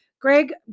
Greg